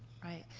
right,